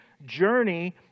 journey